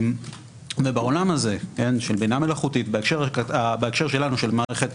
בעולם הזה של בינה מלאכותית בהקשר שלנו של מערכת